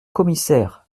commissaire